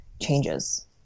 changes